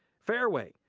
fareway,